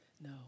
no